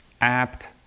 apt